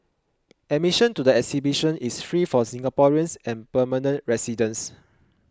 admission to the exhibition is free for Singaporeans and permanent residents